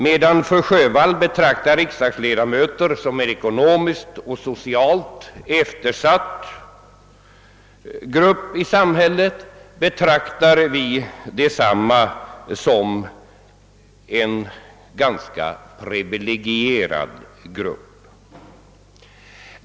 Medan fru Sjövall betraktar riksdagsledamöter som en ekonomiskt och socialt eftersatt grupp i samhället betraktar vi dem som en ganska privilegierad grupp.